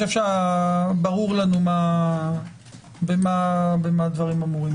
ברור לנו במה דברים אמורים.